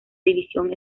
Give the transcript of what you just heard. división